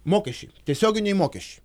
mokesčiai tiesioginiai mokesčiai